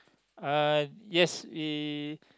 uh yes we